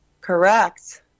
Correct